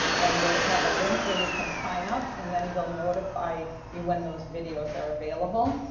and we'll have a link where you can sign up, and then we'll notify you when those videos are available.